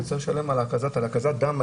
אתה צריך לשלם על הקזת הדם.